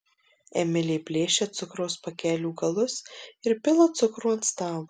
emilė plėšia cukraus pakelių galus ir pila cukrų ant stalo